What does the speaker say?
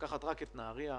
לקחת רק את נהריה,